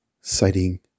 citing